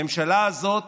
הממשלה הזאת